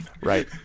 right